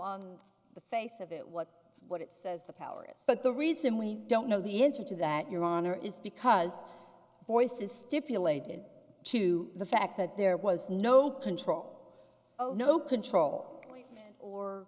on the face of it what what it says the power is but the reason we don't know the answer to that your honor is because voices stipulated to the fact that there was no control over no control or